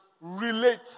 relate